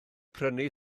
prynu